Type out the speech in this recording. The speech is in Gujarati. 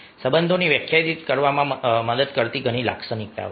સંબંધોને વ્યાખ્યાયિત કરવામાં મદદ કરતી ઘણી લાક્ષણિકતાઓ છે